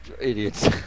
idiots